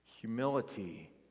humility